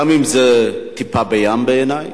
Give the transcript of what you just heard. גם אם זה טיפה בים בעיני,